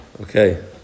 Okay